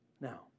Now